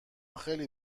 خیلی